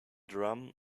drum